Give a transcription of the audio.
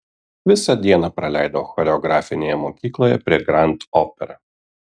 visą dieną praleidau choreografinėje mokykloje prie grand opera